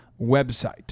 website